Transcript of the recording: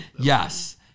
Yes